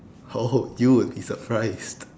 oh you would be surprised